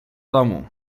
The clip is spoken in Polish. domu